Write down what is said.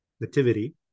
nativity